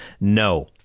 No